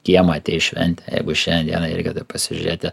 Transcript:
kiemą ateis šventė jeigu šiandien dienai reikėtų pasižiūrėti